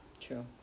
True